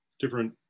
different